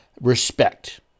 respect